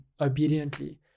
obediently